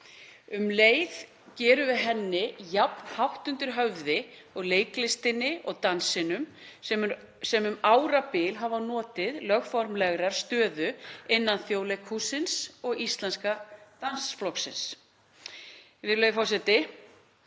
Um leið gerum við henni jafn hátt undir höfði og leiklistinni og dansinum sem um árabil hafa notið lögformlegrar stöðu innan Þjóðleikhússins og Íslenska dansflokksins. Óperan hefur